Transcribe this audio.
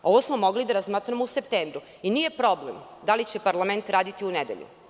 Ovo smo mogli da razmatramo u septembru i nije problem da li će parlament raditi u nedelju.